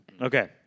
Okay